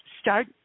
start